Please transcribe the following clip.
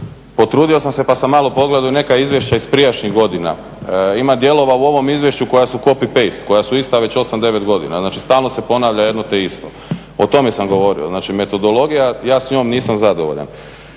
Potrudio sam se pa sam malo pogledao neka izvješća iz prijašnjih godina. Ima dijelova u ovom izvješću koja su copy, paste, koja su ista već osam, devet godina. znači, stalno se ponavlja jedno te isto. O tome sam govorio. Metodologija, ja s njom nisam zadovoljan.